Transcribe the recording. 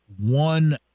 one